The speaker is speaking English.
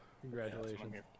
Congratulations